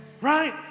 right